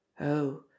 Oh